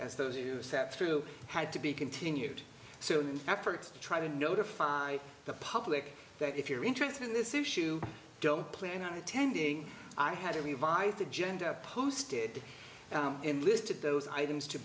as those who sat through had to be continued so in an effort to try to notify the public that if you're interested in this issue don't plan on attending i had to revise agenda posted in listed those items to